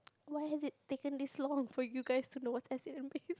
why has it taken this long for you guys to know what's acid and base